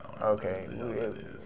Okay